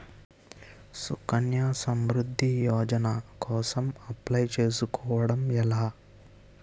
సుకన్య సమృద్ధి యోజన కోసం అప్లయ్ చేసుకోవడం ఎలా?